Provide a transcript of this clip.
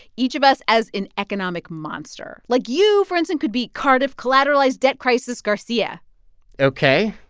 each of us, as an economic monster. like, you, for instance, could be cardiff collateralized debt crisis garcia ok.